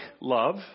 love